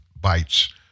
bites